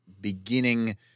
beginning